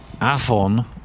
Afon